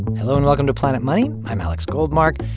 hello. and welcome to planet money. i'm alex goldmark.